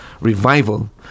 revival